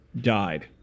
died